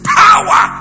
power